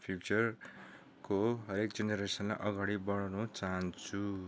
फ्युचरको हरेक जेनरेसनलाई अगाडि बढाउनु चाहन्छु